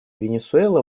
венесуэла